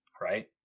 Right